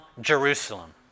Jerusalem